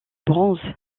bronze